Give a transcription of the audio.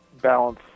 balance